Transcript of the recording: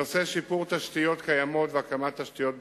בתחום שיפור התשתיות הקיימות והקמת תשתיות בטיחות,